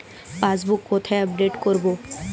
Passbook কোথায় update করব?